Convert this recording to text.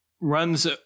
runs